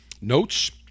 notes